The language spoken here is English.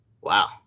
Wow